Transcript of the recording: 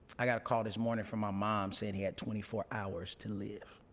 i got a call this morning for my mom said he had twenty four hours to live.